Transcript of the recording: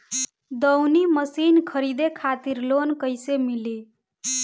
दऊनी मशीन खरीदे खातिर लोन कइसे मिली?